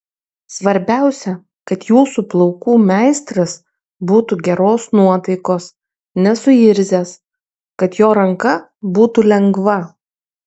svarbiausia kad jūsų plaukų meistras būtų geros nuotaikos nesuirzęs kad jo ranka būtų lengva